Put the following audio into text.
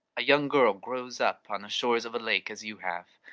a young girl grows up on the shores of a lake, as you have.